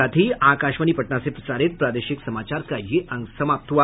इसके साथ ही आकाशवाणी पटना से प्रसारित प्रादेशिक समाचार का ये अंक समाप्त हुआ